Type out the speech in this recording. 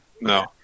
No